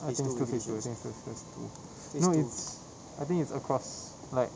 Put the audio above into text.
I think it's still phase two I think it's still phase two no it's I think it's across like